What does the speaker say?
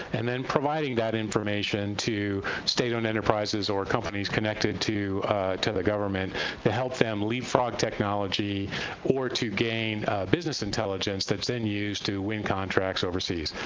and then providing that information to state-owned enterprises or companies connected to to the government to help them leapfrog technology or to gain business intelligence that's then used to win contracts overseas.